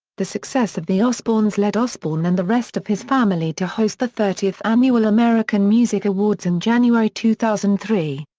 the success of the osbournes led osbourne and the rest of his family to host the thirtieth annual american music awards in january two thousand and three.